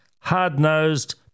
Hard-nosed